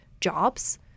jobs